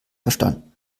verstanden